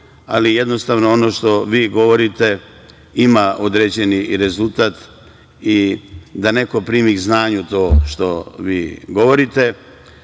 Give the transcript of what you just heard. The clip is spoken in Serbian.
ali jednostavno ono što vi govorite ima određeni rezultat i da neko primi k znanju to što vi govorite.